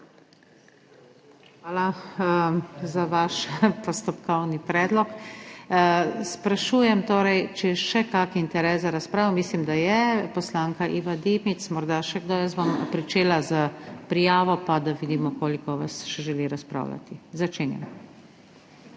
Hvala, za vaš postopkovni predlog. Sprašujem, če je še kakšen interes za razpravo. Mislim, da je. Poslanka Iva Dimic. Morda še kdo? Jaz bom začela s prijavo, da vidimo, koliko vas še želi razpravljati. Besedo